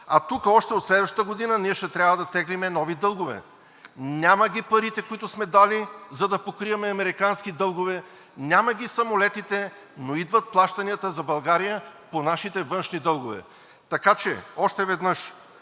А тук още от следващата година ние ще трябва да теглим нови дългове. Няма ги парите, които сме дали, за да покриваме американски дългове, няма ги самолетите, но идват плащанията за България по нашите външни дългове. Така че, още веднъж